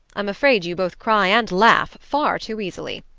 i'm afraid you both cry and laugh far too easily.